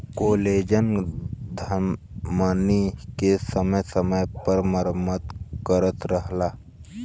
collagen धमनी के समय समय पर मरम्मत करत रहला